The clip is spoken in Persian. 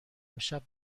امشب